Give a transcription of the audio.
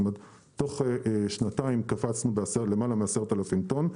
זאת אומרת, בתוך שנתיים קפצנו ביותר מ-10,000 טון,